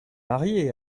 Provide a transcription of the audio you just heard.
mariés